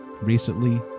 recently